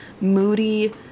moody